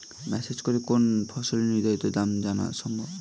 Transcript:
Message করে কোন ফসলের নির্ধারিত দাম কি জানা সম্ভব?